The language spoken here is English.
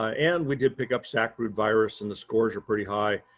ah and we did pick up sacbrood virus and the scores are pretty high.